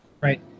Right